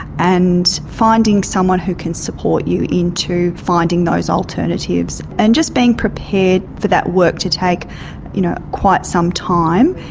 and finding someone who can support you into finding those alternatives, and just being prepared for that work to take you know quite some time,